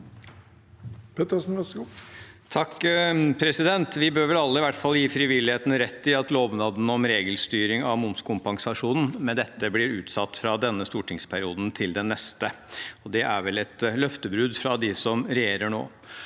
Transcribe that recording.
Pettersen (H) Vi bør vel alle i hvert fall gi frivilligheten rett i at lovnaden om regelstyring av momskompensasjonen med dette blir utsatt fra denne stortingsperioden til den neste. Det er vel et løftebrudd fra dem som regjerer nå.